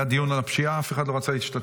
היה דיון על הפשיעה, אף אחד לא רצה להשתתף.